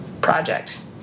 project